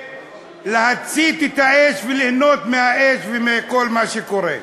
שהציתה את האש וליהנות מהאש ומכל מה שקורה.